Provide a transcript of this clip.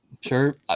sure